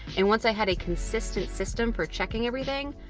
and once i had a consistent system for checking everything,